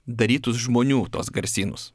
darytus žmonių tuos garsynus